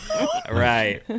Right